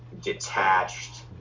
detached